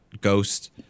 Ghost